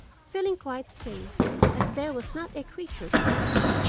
feeling quite safe as there was not a creature to be seen.